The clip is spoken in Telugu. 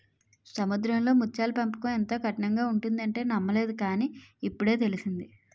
సముద్రంలో ముత్యాల పెంపకం ఎంతో కఠినంగా ఉంటుందంటే నమ్మలేదు కాని, ఇప్పుడే తెలిసింది